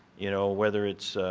you know, whether it's,